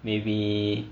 maybe